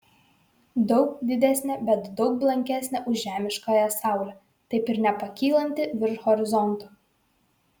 daug didesnė bet daug blankesnė už žemiškąją saulę taip ir nepakylanti virš horizonto